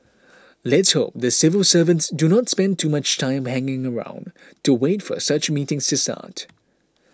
let's hope the civil servants do not spend too much time hanging around to wait for such meetings to start